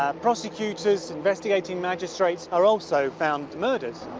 prosecutors, investigating magistrates, are also found murdered.